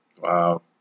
Wow